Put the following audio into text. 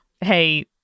hey